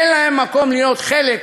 אה, נזכרת אחרי עשר דקות?